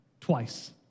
Twice